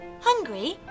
Hungry